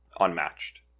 unmatched